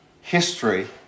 history